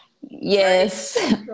Yes